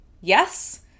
Yes